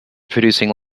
producing